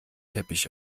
teppich